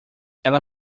ela